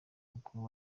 mukuru